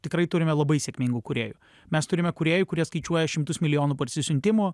tikrai turime labai sėkmingų kūrėjų mes turime kūrėjų kurie skaičiuoja šimtus milijonų parsisiuntimų